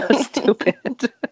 stupid